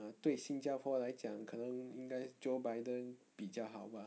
err 对新加坡来讲可能应该 joe biden 比较好 bah